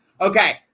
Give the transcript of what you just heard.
Okay